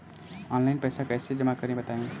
Online पैसा कैसे जमा करें बताएँ?